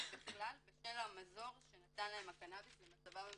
בכלל בשל המזור שנתן להם הקנאביס למצבם הבריאותי.